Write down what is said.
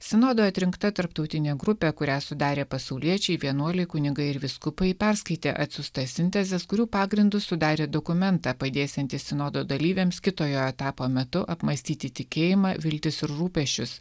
sinodo atrinkta tarptautinė grupė kurią sudarė pasauliečiai vienuoliai kunigai ir vyskupai perskaitė atsiųsta sintezės kurių pagrindu sudarė dokumentą padėsiantys sinodo dalyviams kito etapo metu apmąstyti tikėjimą viltis ir rūpesčius